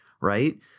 Right